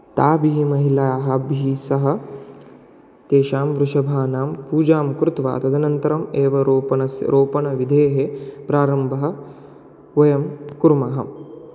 ताभिः महिलाभिः सह तेषां वृषभाणां पूजां कृत्वा तदनन्तरम् एव रोपणस्य रोपणविधेः प्रारम्भं वयं कुर्मः